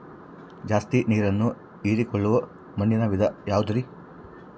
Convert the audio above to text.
ಜಾಸ್ತಿ ನೇರನ್ನ ಹೇರಿಕೊಳ್ಳೊ ಮಣ್ಣಿನ ವಿಧ ಯಾವುದುರಿ?